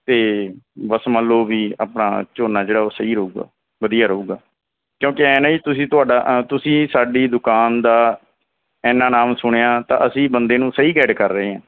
ਅਤੇ ਬਸ ਮੰਨ ਲਉ ਵੀ ਆਪਣਾ ਝੋਨਾ ਜਿਹੜਾ ਉਹ ਸਹੀ ਰਹੇਗਾ ਵਧੀਆ ਰਹੇਗਾ ਕਿਉਂਕਿ ਐਂ ਨਾ ਜੀ ਤੁਸੀਂ ਤੁਹਾਡਾ ਤੁਸੀਂ ਸਾਡੀ ਦੁਕਾਨ ਦਾ ਐਨਾ ਨਾਮ ਸੁਣਿਆ ਤਾਂ ਅਸੀਂ ਬੰਦੇ ਨੂੰ ਸਹੀ ਗਾਈਡ ਕਰ ਰਹੇ ਹਾਂ